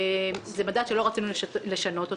זה מדד שלא רצינו לשנות אותו.